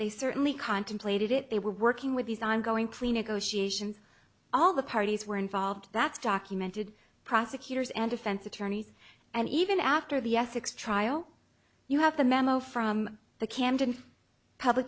they certainly contemplated it they were working with these ongoing plea negotiations all the parties were involved that's documented prosecutors and defense attorneys and even after the essex trial you have the memo from the camden public